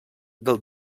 del